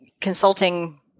consulting